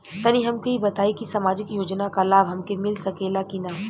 तनि हमके इ बताईं की सामाजिक योजना क लाभ हमके मिल सकेला की ना?